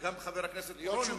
וגם חבר הכנסת אורון,